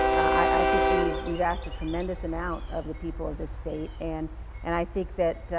i think we've, we've asked a tremendous amount of the people of this state. and and i think that,